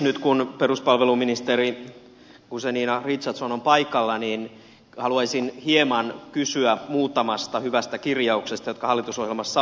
nyt kun peruspalveluministeri guzenina richardson on paikalla haluaisin hieman kysyä muutamasta hyvästä kirjauksesta jotka hallitusohjelmassa ovat